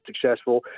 successful